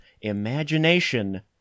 imagination